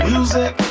Music